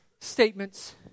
statements